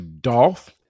Dolph